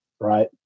Right